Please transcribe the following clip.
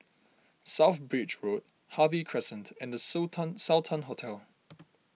South Bridge Road Harvey Crescent and the so tan Sultan Hotel